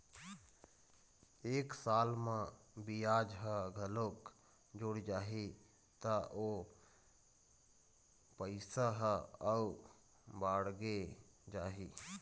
एक साल म बियाज ह घलोक जुड़ जाही त ओ पइसा ह अउ बाड़गे जाही